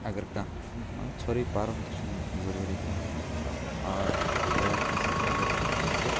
اگر کانٛہہ مان ژھوٚرٕے پَرُن تہِ چھُنہٕ ضروٗری کِہیٖنٛۍ پتہٕ گژھِ آسُن آرٹ کرٛافٹَس سۭتۍ اگر مطلب